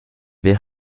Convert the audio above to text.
wer